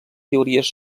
teories